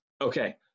okay